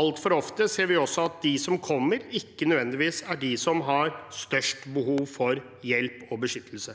altfor ofte ser vi også at de som kommer, ikke nødvendigvis er de som har størst behov for hjelp og beskyttelse.